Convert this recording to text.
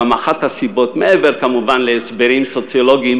אחת הסיבות, מעבר, כמובן, להסברים סוציולוגיים